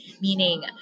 meaning